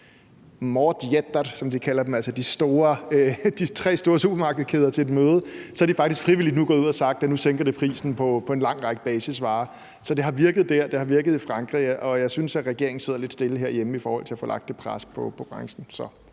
matjätter, som de kalder dem, altså de tre store supermarkedskæder, til et møde, er de faktisk frivilligt gået ud at sige, at nu sænker de prisen på en lang række basisvarer. Så det har virket der, det har virket i Frankrig, og jeg synes, at regeringen sidder lidt stille herhjemme i forhold til at få lagt det pres på branchen.